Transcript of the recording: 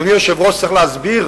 אדוני היושב-ראש, צריך להסביר